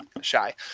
shy